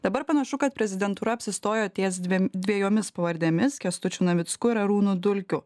dabar panašu kad prezidentūra apsistojo ties dviem dvejomis pavardėmis kęstučiu navicku ir arūnu dulkiu